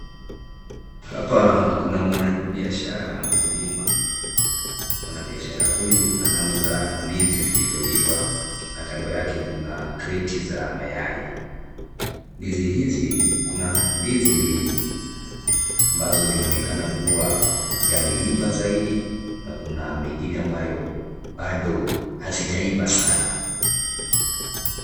Hapa kuna mwana biashara mkulima, mwana biashara huyu anauza ndizi zilizo iva na kando yake kuna kreti za mayai. Ndizi hizi kuna ndizi mbili ambazo zinaonekana kuwa yameiva zaidi na kuna mengine ambayo hazija iva sana.